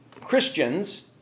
Christians